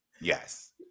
Yes